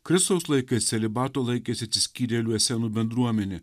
kristaus laikais celibato laikėsi atsiskyrėliuose bendruomenė